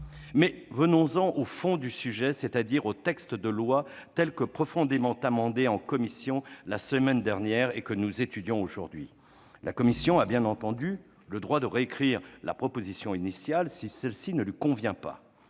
Mais venons-en au fond du sujet, c'est-à-dire au texte de loi tel que profondément amendé en commission, la semaine dernière, et que nous étudions aujourd'hui. La commission a bien entendu le droit de récrire la proposition initiale si celle-ci ne lui convient pas.